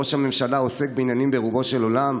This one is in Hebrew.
ראש הממשלה עוסק בעניינים ברומו של עולם: